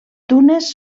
dunes